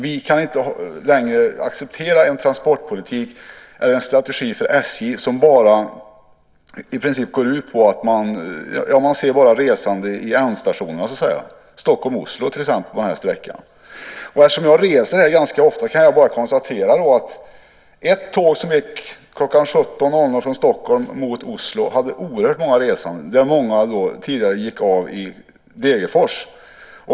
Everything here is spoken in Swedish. Vi kan inte längre acceptera en transportpolitik eller en strategi för SJ som i princip går ut på att man bara ser resande på ändstationerna, till exempel Stockholm-Oslo på den sträckan. Jag reser den sträckan ganska ofta och kan konstatera att ett tåg som gick kl. 17.00 från Stockholm mot Oslo hade oerhört många resande. Många gick av i Degerfors.